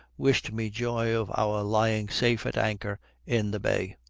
wished me joy of our lying safe at anchor in the bay.